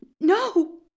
no